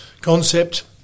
concept